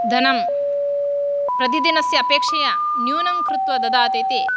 धनं प्रतिदिनस्य अपेक्षया न्यूनं कृत्वा ददातु इति